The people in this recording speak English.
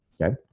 okay